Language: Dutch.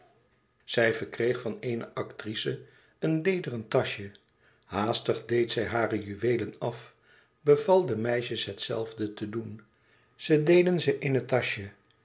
zij verkreeg van eene actrice een lederen taschje haastig deed zij hare juweelen af beval de meisjes het zelfde te doen ze deden ze in het taschje